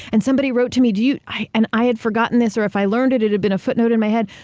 and somebody wrote to me, do you. and i had forgotten this, or if i learned it, it had been a footnote in my head.